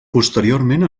posteriorment